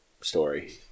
story